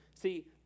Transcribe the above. See